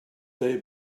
they